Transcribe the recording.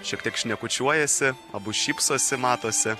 šiek tiek šnekučiuojasi abu šypsosi matosi